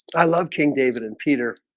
i love king, david and peter